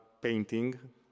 painting